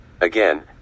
Again